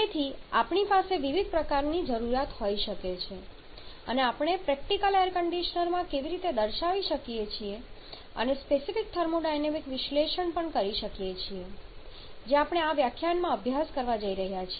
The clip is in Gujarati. તેથી આપણી પાસે વિવિધ પ્રકારની જરૂરિયાત હોઈ શકે છે અને આપણે પ્રેક્ટિકલ એર કંડિશનરમાં કેવી રીતે દર્શાવી શકીએ છીએ અને સ્પેસિફિક થર્મોડાયનેમિક વિશ્લેષણ પણ કરી શકીએ છીએ જે આપણે આ વ્યાખ્યાનમાં અભ્યાસ કરવા જઈ રહ્યા છીએ